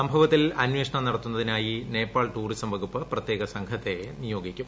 സംഭവത്തിൽ അന്വേഷണം നടത്തുന്നതിനായി നേപ്പാൾ ടൂറിസം വകുപ്പ് പ്രത്യേക സംഘത്തെ നിയോഗിക്കും